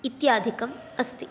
इत्यादिकम् अस्ति